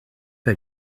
pas